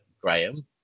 Graham